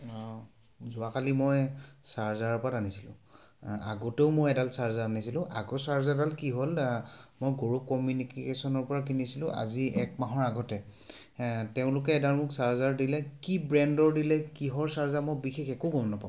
অঁ যোৱাকালি মই চাৰ্জাৰ এপাত আনিছিলোঁ আগতেও মই এডাল চাৰ্জাৰ আনিছিলোঁ আগৰ চাৰ্জাৰডাল কি হ'ল মই কৌৰৱ কমিউনিকেশ্যনৰ পৰা কিনিছিলোঁ আজি এক মাহৰ আগতে তেওঁলোকে এডাল মোক চাৰ্জাৰ দিলে কি ব্ৰেণ্ডৰ দিলে কিহৰ চাৰ্জাৰ মই বিশেষ একো গম নাপাওঁ